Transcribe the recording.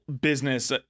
business